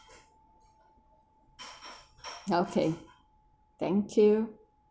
okay thank you